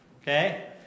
Okay